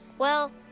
well,